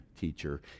teacher